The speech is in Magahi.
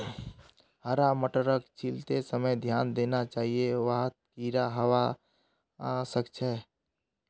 हरा मटरक छीलते समय ध्यान देना चाहिए वहात् कीडा हवा सक छे